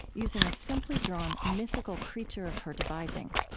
using a simply drawn mythical creature of her devising.